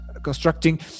constructing